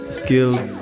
skills